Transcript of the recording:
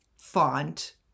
font